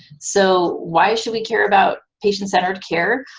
so why should we care about patient-centered care?